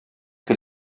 que